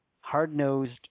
hard-nosed